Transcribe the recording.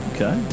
Okay